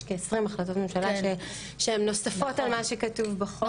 יש כ-20 החלטות ממשלה שהן נוספות על מה שכתוב בחוק.